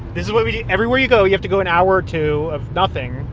this is what we do. everywhere you go, you have to go in our two of nothing